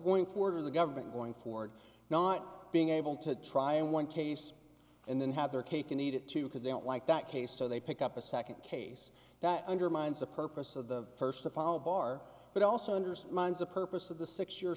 forward or the government going forward not being able to try in one case and then have their cake and eat it too because they don't like that case so they pick up a second case that undermines the purpose of the first to fall bar but also understood minds a purpose of the six year